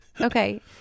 Okay